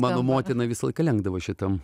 mano motinai visą laiką lenkdavo šitam